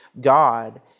God